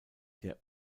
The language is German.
der